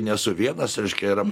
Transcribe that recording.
nesu vienas reiškia yra